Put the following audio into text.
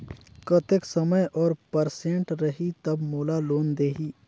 कतेक समय और परसेंट रही तब मोला लोन देही?